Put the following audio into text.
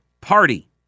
party